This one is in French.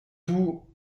tout